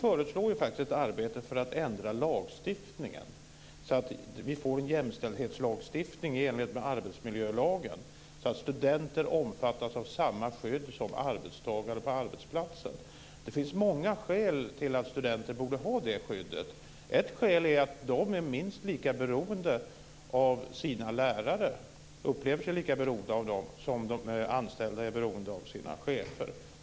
Vi föreslår faktiskt ett arbete för att ändra lagstiftningen så att vi får en jämställdhetslagstiftning i enlighet med arbetsmiljölagen, så att studenter omfattas av samma skydd som arbetstagare på arbetsplatser. Det finns många skäl till att studenter borde ha det skyddet. Ett skäl är att de är minst lika beroende av sina lärare, de upplever sig som lika beroende av dem som de anställda är av sina chefer.